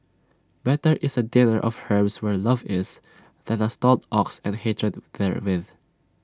better is A dinner of herbs where love is than A stalled ox and hatred therewith